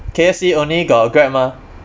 K_F_C only got grab mah